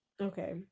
Okay